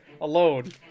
alone